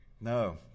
No